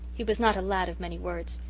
he was not a lad of many words.